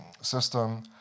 system